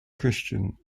christian